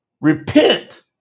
repent